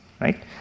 right